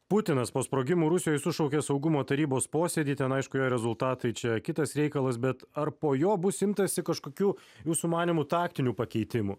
putinas po sprogimų rusijoj sušaukė saugumo tarybos posėdį ten aišku jo rezultatai čia kitas reikalas bet ar po jo bus imtasi kažkokių jūsų manymu taktinių pakeitimų